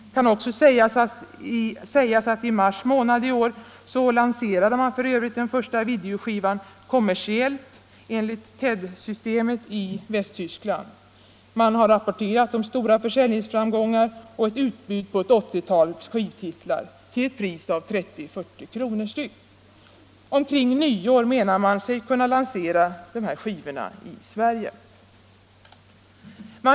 Det kan också nämnas att i mars i år lanserade man den första videoskivan kommersiellt enligt TED-systemet i Västtyskland. Man har rapporterat om stora försäljningsframgångar och ett utbud på 80-talet skivtitlar till ett pris av 30-40 kr. per styck. Omkring nyår menar man sig kunna lansera de här skivorna i Sverige.